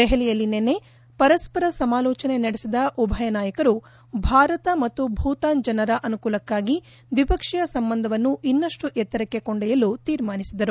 ದೆಹಲಿಯಲ್ಲಿ ನಿನ್ನೆ ಪರಸ್ಪರ ಸಮಾಲೋಚನೆ ನಡೆಸಿದ ಉಭಯ ನಾಯಕರು ಭಾರತ ಮತ್ತು ಭೂತಾನ್ ಜನರ ಅನುಕೂಲಕ್ಕಾಗಿ ದ್ವಿಪಕ್ಷೀಯ ಸಂಬಂಧವನ್ನು ಇನ್ನಷ್ಟು ಎತ್ತರಕ್ಕೆ ಕೊಂಡೊಯ್ಯಲು ತೀರ್ಮಾನಿಸಿದರು